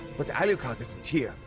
but alucard isn't here.